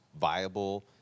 viable